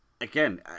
again